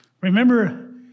Remember